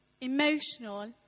emotional